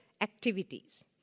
activities